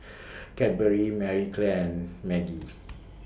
Cadbury Marie Claire and Maggi